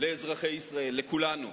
לאזרחי ישראל, לכולנו.